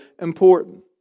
important